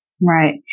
Right